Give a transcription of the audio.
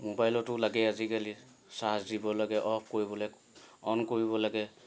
মোবাইলতো লাগে আজিকালি চাৰ্জ দিব লাগে অ'ফ কৰিবলৈ অ'ন কৰিব লাগে